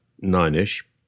nine-ish